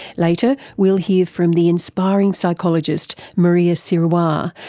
later we'll hear from the inspiring psychologist maria sirois,